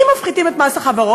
אם מפחיתים את מס החברות,